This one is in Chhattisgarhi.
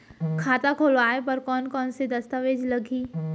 खाता खोलवाय बर कोन कोन से दस्तावेज लागही?